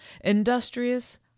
Industrious